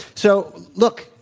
so, look,